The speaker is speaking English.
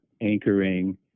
anchoring